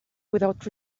without